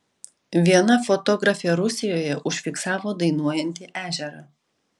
viena fotografė rusijoje užfiksavo dainuojantį ežerą